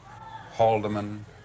Haldeman